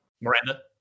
Miranda